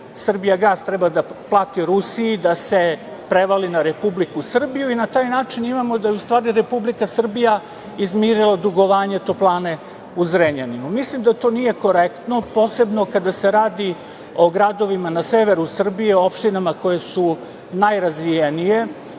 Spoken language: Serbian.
„Srbijagas“ treba da plati Rusiji da se prevali na Republiku Srbiju i na taj način imamo da u stvari Republika Srbija izmirila dugovanje toplane u Zrenjaninu. Mislim da to nije korektno, posebno kada se radi o gradovima na severu Srbije, opštinama koje su najrazvijenije